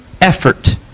effort